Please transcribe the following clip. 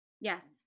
Yes